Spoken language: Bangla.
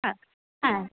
আ হ্যাঁ হ্যাঁ